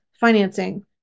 financing